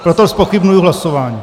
Proto zpochybňuji hlasování.